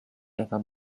ewa